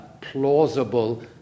plausible